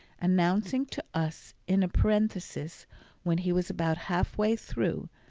announcing to us in a parenthesis when he was about half-way through,